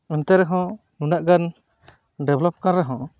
ᱮᱱᱛᱮ ᱨᱮᱦᱚᱸ ᱩᱱᱟᱹᱜ ᱜᱟᱱ ᱰᱮᱵᱷᱞᱚᱯ ᱟᱠᱟᱱ ᱨᱮᱦᱚᱸ